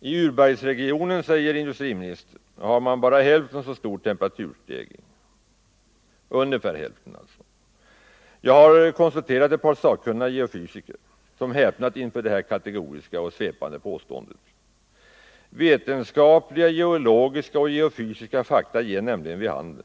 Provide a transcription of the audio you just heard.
I urbergsregionen, säger industriministern, har man bara ungefär hälften så stor temperaturstegring. Jag har konsulterat ett par sakkunniga geofysiker, som har häpnat över detta kategoriska och svepande påstående. Vetenskapliga geologiska och geofysiska fakta ger nämligen vid handen